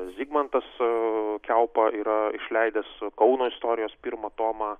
zigmantas kiaupa yra išleidęs kauno istorijos pirmą tomą